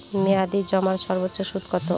মেয়াদি জমার সর্বোচ্চ সুদ কতো?